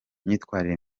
myitwarire